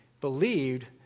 believed